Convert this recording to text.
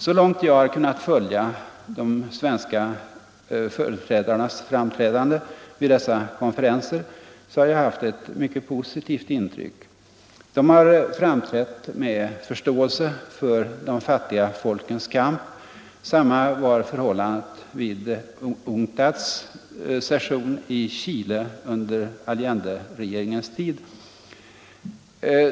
Så långt jag kunnat följa de svenska delegaternas framträdande vid dessa konferenser har jag fått ett mycket positivt intryck. De har framträtt med förståelse för de fattiga folkens kamp. Samma var förhållandet vid UNCTAD:s session i Chile under Allenderegeringens tid.